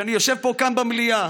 כשאני יושב כאן במליאה,